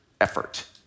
effort